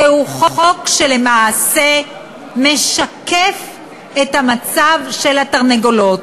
זהו חוק שלמעשה משקף את המצב של התרנגולות.